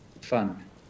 Fun